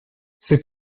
c’est